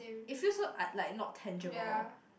it feels so uh like not tangible